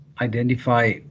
identify